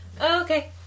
Okay